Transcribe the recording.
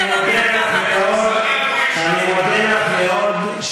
אני מודה לך מאוד,